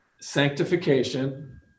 Sanctification